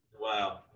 wow